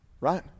right